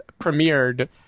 premiered